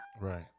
Right